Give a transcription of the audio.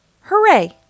Hooray